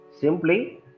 simply